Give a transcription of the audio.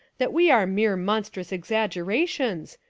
that we are mere monstrous exaggera tions,